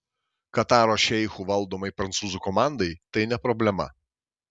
kataro šeichų valdomai prancūzų komandai tai ne problema